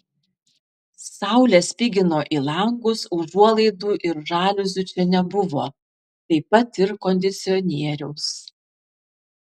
saulė spigino į langus užuolaidų ir žaliuzių čia nebuvo taip pat ir kondicionieriaus